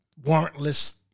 warrantless